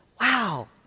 Wow